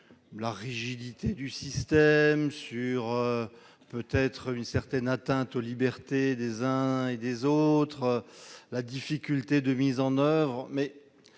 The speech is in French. la rigidité du système sur peut-être une certaine atteinte aux libertés des uns et des autres, la difficulté de mise en oeuvre, mais